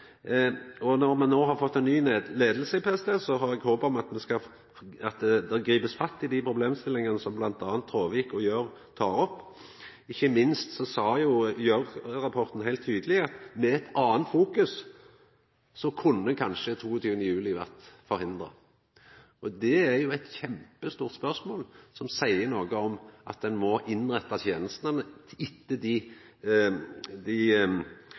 arbeider. Når me no har fått ei ny leiing i PST, har eg håp om at det blir gripe fatt i dei problemstillingane som bl.a. Traavik og Gjørv tar opp. Ikkje minst sa Gjørv-rapporten heilt tydeleg at med ei anna fokusering kunne kanskje 22. juli ha vore forhindra. Det er eit kjempestort spørsmål, som seier noko om at ein må innretta tenestene etter dei